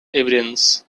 evidence